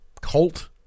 cult